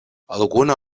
alguna